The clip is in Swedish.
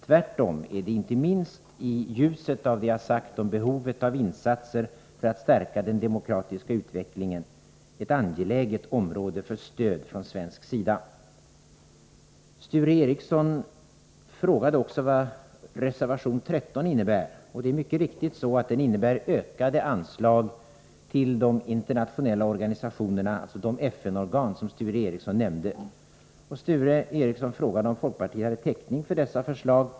Tvärtom är det inte minst i ljuset av vad vi har sagt om behovet av insatser för att stärka den demokratiska utvecklingen ett angeläget område för stöd från svensk sida. Sture Ericson frågade vad reservation 13 innebär. Det är mycket riktigt så att den innebär ökat anslag till de internationella organisationerna, alltså de FN-organ Sture Ericson nämnde. Han frågade om folkpartiet hade täckning för dessa förslag.